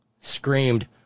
screamed